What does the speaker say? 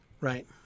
Right